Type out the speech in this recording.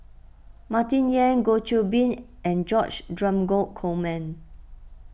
Martin Yan Goh Qiu Bin and George Dromgold Coleman